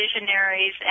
visionaries